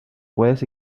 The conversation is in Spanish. puedes